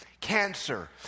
cancer